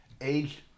age